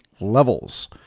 levels